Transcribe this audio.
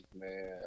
man